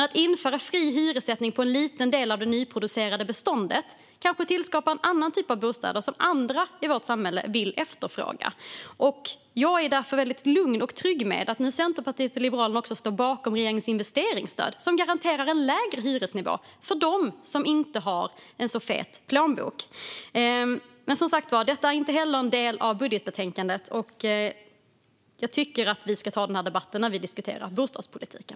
Att införa fri hyressättning på en liten del av det nyproducerade beståndet kanske skapar en annan typ av bostäder som andra i vårt samhälle efterfrågar. Jag känner mig lugn och trygg med att Centerpartiet och Liberalerna står bakom regeringens investeringsstöd, som garanterar en lägre hyresnivå för dem som inte har en så fet plånbok. Men som sagt, det här är inte en del av detta budgetbetänkande, så jag tycker att vi ska ta denna debatt när vi diskuterar bostadspolitiken.